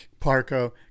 Parco